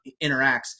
interacts